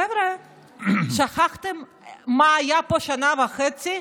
חבר'ה, שכחתם מה היה פה שנה וחצי?